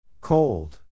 Cold